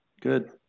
Good